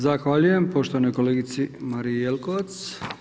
Zahvaljujem poštovanoj kolegici Mariji Jelkovac.